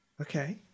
Okay